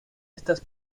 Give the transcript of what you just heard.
estas